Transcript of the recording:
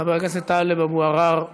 חבר הכנסת טלב אבו עראר,